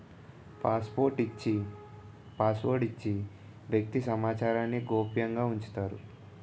password ఇచ్చి వ్యక్తి సమాచారాన్ని గోప్యంగా ఉంచుతారు